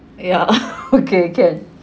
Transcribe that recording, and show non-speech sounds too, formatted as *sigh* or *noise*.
ya *laughs* okay can